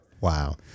Wow